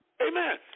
Amen